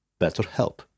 BetterHelp